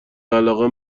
علاقه